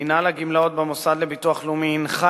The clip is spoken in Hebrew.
מינהל הגמלאות במוסד לביטוח לאומי הנחה